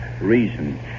Reason